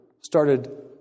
started